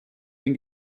den